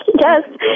Yes